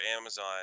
Amazon